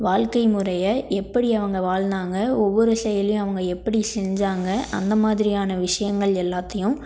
வாழ்க்கை முறையை எப்படி அவங்க வாழ்ந்தாங்க ஒவ்வொரு செயலையும் அவங்க எப்படி செஞ்சாங்க அந்த மாதிரியான விஷயங்கள் எல்லாத்தையும்